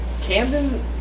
Camden